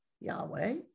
Yahweh